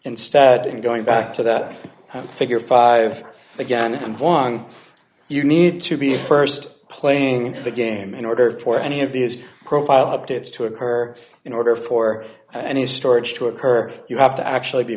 instead of going back to that figure five again and one you need to be st playing the game in order for any of these profile updates to occur in order for and his storage to occur you have to actually be